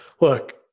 look